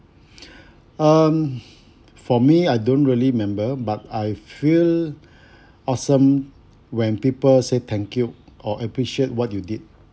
um for me I don't really remember but I feel awesome when people say thank you or appreciate what you did